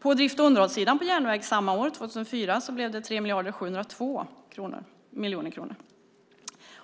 På drift och underhållssidan för järnvägen samma år, 2004, blev det 3 702 miljoner kronor.